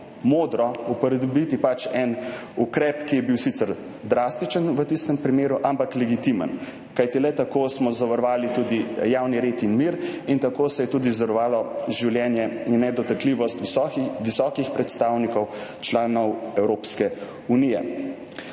modro upodobiti en ukrep, ki je bil sicer drastičen v tistem primeru, ampak legitimen. Kajti le tako smo zavarovali tudi javni red in mir in tako se je tudi zavarovalo življenje in nedotakljivost visokih predstavnikov članov Evropske unije.